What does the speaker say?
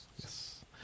Yes